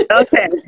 okay